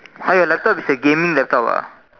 !huh! your laptop is a gaming laptop ah